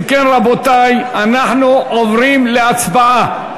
אם כן, רבותי, אנחנו עוברים להצבעה.